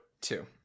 two